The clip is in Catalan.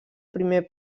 primer